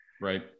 Right